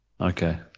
Okay